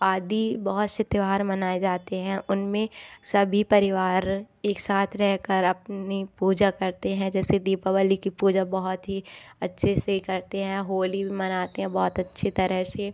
आदि बहुत से त्योहार मनाए जाते हैं उनमें सभी परिवार एक साथ रह कर अपनी पूजा करते हैं जैसे दीपावली की पूजा बहुत ही अच्छे से करते हैं होली भी मनाते हैं बहुत अच्छे तरह से